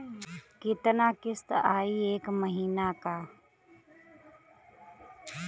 कितना किस्त आई एक महीना के?